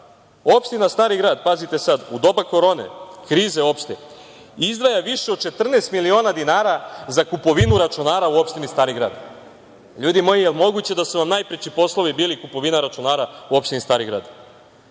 opština Stari Grad, pazite sad, u doba Korone, krize opšte, izdvaja više od 14 miliona dinara za kupovinu računara u opštini Stari Grad. Ljudi moji, jel moguće da su vam najpreči poslovi bili kupovina računara u opštini Stari Grad.